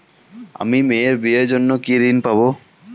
আমি মেয়ের বিয়ের জন্য কি ঋণ পাবো?